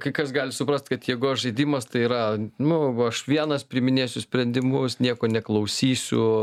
kai kas gali suprast kad jėgos žaidimas tai yra nu va aš vienas priiminėsiu sprendimus nieko neklausysiu